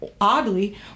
oddly